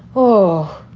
oh,